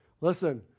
Listen